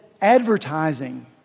advertising